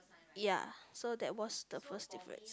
ya so that was the first different